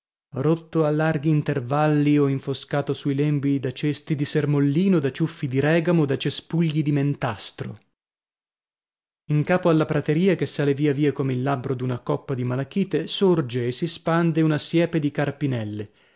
rotto a larghi intervalli o infoscato sui lembi da cesti di sermollino da ciuffi di règamo da cespugli di mentastro in capo alla prateria che sale via via come il labbro d'una coppa di malachite sorge e si spande una siepe di carpinelle